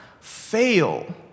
fail